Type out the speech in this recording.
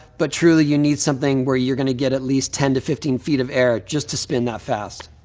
but truly, you need something where you're gonna get at least ten to fifteen feet of air just to spin that fast.